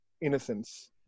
innocence